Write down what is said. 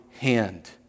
hand